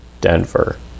Denver